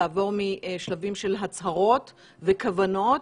לעבור משלבים של הצהרות וכוונות